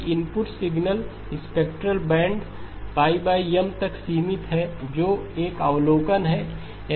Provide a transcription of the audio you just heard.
यदि input spectrum signal spectrum band M तक सीमित है जो एक अवलोकन है